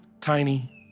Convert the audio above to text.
tiny